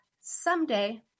someday